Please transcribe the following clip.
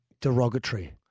derogatory